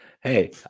hey